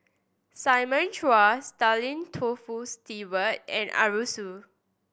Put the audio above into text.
Simon Chua Stanley Toft Stewart and Arasu